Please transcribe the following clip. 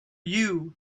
you